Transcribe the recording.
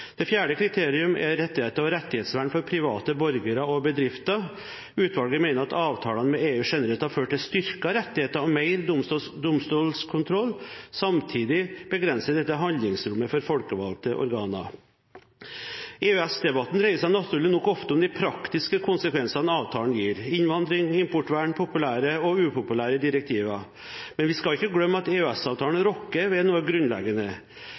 Det fjerde kriterium er rettigheter og rettighetsvern for private borgere og bedrifter. Utvalget mener at avtalene med EU generelt har ført til styrkede rettigheter og mer domstolskontroll. Samtidig begrenser dette handlingsrommet for folkevalgte organer. EØS-debatten dreier seg naturlig nok ofte om de praktiske konsekvensene avtalen gir – innvandring, importvern, populære og upopulære direktiver. Men vi skal ikke glemme at EØS-avtalen rokker ved noe grunnleggende.